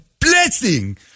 blessing